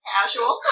Casual